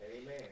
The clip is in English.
Amen